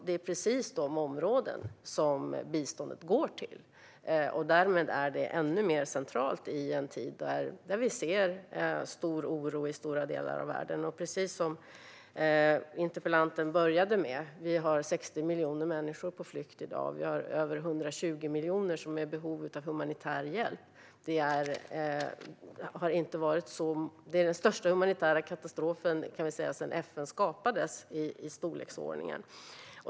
Det är precis dessa områden som biståndet går till. Därmed är det ännu mer centralt i en tid då vi ser en stor oro i många delar av världen. Precis som en av interpellanterna började med har vi 60 miljoner människor på flykt i dag, och vi har över 120 miljoner som är i behov av humanitär hjälp. Det är den största humanitära katastrofen sedan FN skapades.